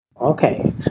Okay